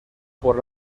por